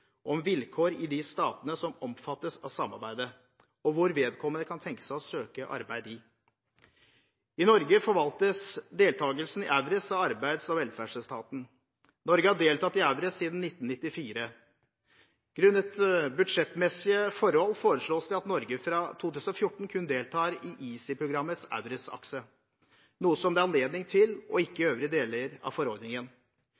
om vilkår i de statene som omfattes av samarbeidet, og hvor vedkommende kan tenke seg å søke arbeid. I Norge forvaltes deltakelsen i EURES av arbeids- og velferdsetaten. Norge har deltatt i EURES siden 1994. Grunnet budsjettmessige forhold foreslås det at Norge fra 2014 kun deltar i EaSI-programmets EURES-akse, noe som det er anledning til – og ikke